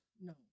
No